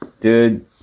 dude